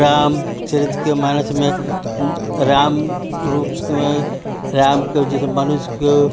रामचरित के मानस में राम रूप में राम को जैसे मनुज को